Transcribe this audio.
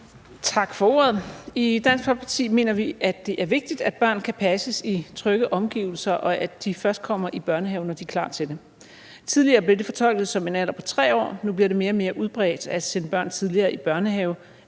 Tak for ordet. I Dansk Folkeparti mener vi, det er vigtigt, at børn kan passes i trygge omgivelser, og at de først kommer i børnehave, når de er klar til det. Tidligere blev det fortolket som en alder på 3 år, men nu bliver det mere og mere udbredt at sende børn tidligere i børnehave,